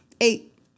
eight